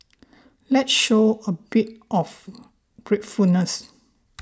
let's show a bit of gratefulness